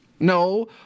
No